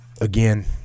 again